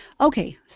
Okay